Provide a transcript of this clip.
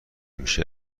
میشه